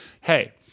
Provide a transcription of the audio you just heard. Hey